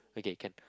okay can